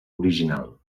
original